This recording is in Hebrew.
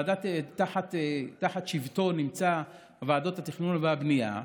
תחת שבטו נמצאות ועדות התכנון והבנייה,